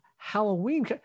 Halloween